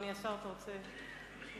אדוני השר, אתה רוצה להשיב?